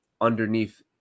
underneath